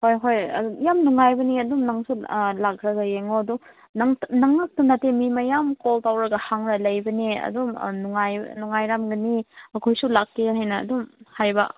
ꯍꯣꯏ ꯍꯣꯏ ꯑꯗꯨꯝ ꯌꯥꯝ ꯅꯨꯡꯉꯥꯏꯕꯅꯤ ꯑꯗꯨꯝ ꯅꯪꯁꯨ ꯑꯥ ꯂꯥꯛꯈ꯭ꯔꯒ ꯌꯦꯡꯉꯣ ꯑꯗꯣ ꯅꯪ ꯉꯥꯛꯇ ꯅꯠꯇꯦ ꯃꯤ ꯃꯌꯥꯝ ꯀꯣꯜ ꯇꯧꯔꯒ ꯍꯪꯂꯒ ꯂꯩꯕꯅꯦ ꯑꯗꯨꯝ ꯑꯥ ꯅꯨꯡꯉꯥꯏꯔꯝꯒꯅꯤ ꯑꯩꯈꯣꯏꯁꯨ ꯂꯥꯛꯀꯦ ꯍꯥꯏꯅ ꯑꯗꯨꯝ ꯍꯥꯏꯕ